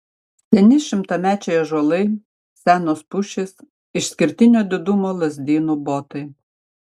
seni šimtamečiai ąžuolai senos pušys išskirtinio didumo lazdynų botai